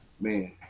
man